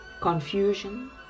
confusion